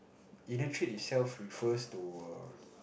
inner trait itself refers to a